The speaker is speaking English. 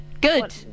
Good